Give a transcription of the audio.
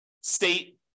state